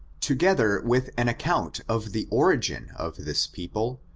together with an account of the origin of this people,